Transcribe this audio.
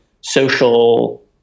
social